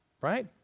right